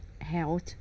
health